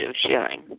sharing